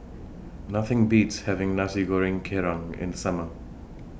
Nothing Beats having Nasi Goreng Kerang in The Summer